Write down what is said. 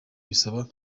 bisaba